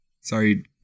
sorry